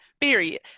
period